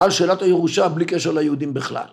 ‫על שאלת הירושה ‫בלי קשר ליהודים בכלל.